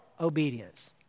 obedience